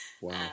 Wow